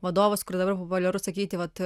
vadovus kur dabar populiaru sakyti vat